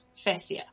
Fascia